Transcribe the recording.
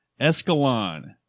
Escalon